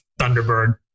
Thunderbird